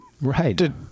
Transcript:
Right